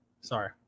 Sorry